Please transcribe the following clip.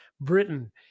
Britain